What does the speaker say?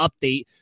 update